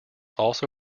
also